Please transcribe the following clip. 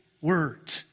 Word